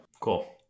Cool